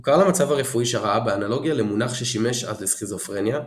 הוא קרא למצב הרפואי שראה באנלוגיה למונח ששימש אז לסכיזופרניה,